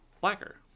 blacker